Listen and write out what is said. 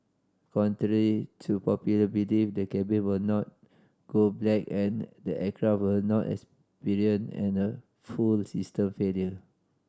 contrary to popular belief the cabin will not go black and the aircraft will not experience in a full system failure